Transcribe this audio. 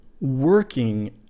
working